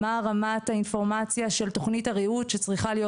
מה רמת האינפורמציה של תכנית הריהוט שצריכה להיות